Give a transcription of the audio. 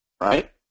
right